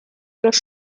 los